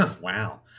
Wow